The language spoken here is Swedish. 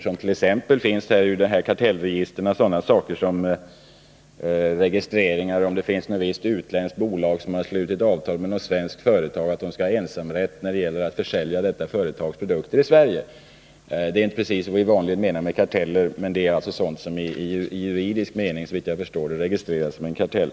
Så t.ex. skall i kartellregister registreras om ett utländskt bolag har slutit avtal med ett svenskt företag om att detta skall ha ensamrätten när det gäller försäljning av det utländska företagets produkter i Sverige. Det är inte precis vad vi vanligen menar med karteller, men i juridisk mening registreras det såvitt jag förstår som en kartell.